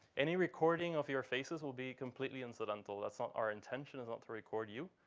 any recording of your faces will be completely incidental. that's not our intention. it's not to record you.